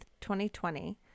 2020